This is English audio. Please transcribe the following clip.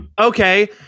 okay